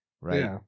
right